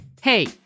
Hey